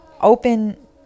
Open